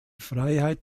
freiheit